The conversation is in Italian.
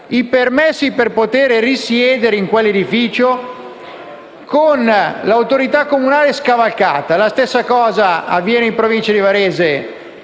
i permessi per poter risiedere in quell'edificio, con l'autorità comunale scavalcata. La stessa cosa avviene in Provincia di Varese,